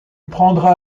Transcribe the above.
prendra